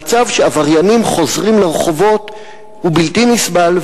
המצב שעבריינים חוזרים לרחובות הוא בלתי נסבל,